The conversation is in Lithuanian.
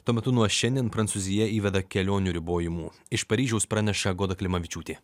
tuo metu nuo šiandien prancūzija įveda kelionių ribojimų iš paryžiaus praneša goda klimavičiūtė